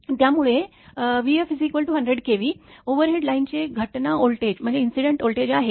त्यामुळे vf 100 kV overhead लाइनचे घटना व्होल्टेज आहे